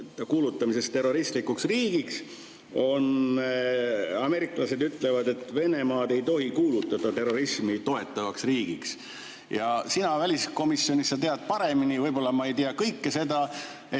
kuulutamises terroristlikuks riigiks, ameeriklased ütlevad, et Venemaad ei tohi kuulutada terrorismi toetavaks riigiks. Sina väliskomisjoni liikmena tead paremini, võib-olla ma ei tea kõike seda.